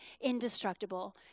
indestructible